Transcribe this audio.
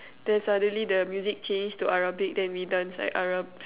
then suddenly the music change to Arabic then we dance like Arabs